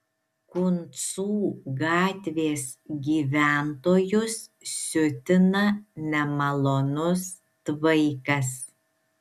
kuncų gatvės gyventojus siutina nemalonus tvaikas